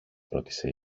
ρώτησε